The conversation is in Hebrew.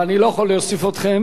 אבל אני לא יכול להוסיף אתכן,